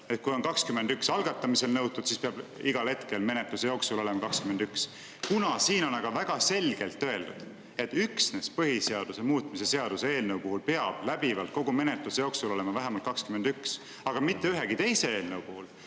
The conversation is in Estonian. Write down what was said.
allkirja algatamisel nõutud, siis peab igal hetkel menetluse jooksul olema 21.Kuna siin on väga selgelt öeldud, et üksnes põhiseaduse muutmise seaduse eelnõu puhul peab läbivalt kogu menetluse jooksul olema vähemalt 21, aga mitte ühegi teise eelnõu puhul,